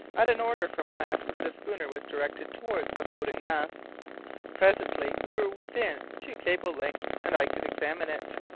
at an order from west the schooner was directed towards the floating mass presently we were within two cables'-length, and i could examine it.